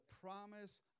promise